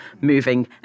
moving